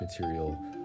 material